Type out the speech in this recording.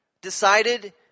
decided